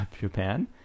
japan